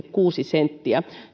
kuusi senttiä